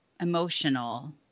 emotional